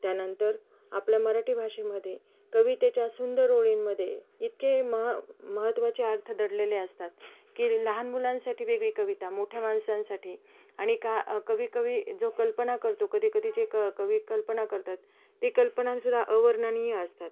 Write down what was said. त्यानंतर आपल्या मराठी भाषेमध्ये कवितेच्या सुंदर ओळींमध्ये इतके महा महत्त्वाचे अर्थ दडलेले असतात की लहान मुलांसाठी वेगळी कविता मोठ्या माणसांसाठी आणि का कवी कवी जो कल्पना करतो कधी कधी जे क कवी कल्पना करतात ती कल्पनासुद्धा अवर्णनीय असतात